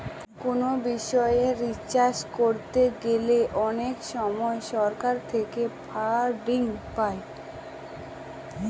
কোনো বিষয় রিসার্চ করতে গেলে অনেক সময় সরকার থেকে ফান্ডিং পাই